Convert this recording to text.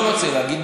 לא רוצה להגיד,